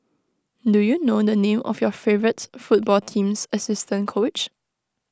do you know the name of your favourites football team's assistant coach